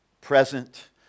present